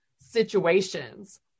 situations